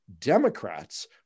Democrats